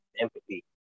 empathy